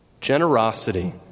Generosity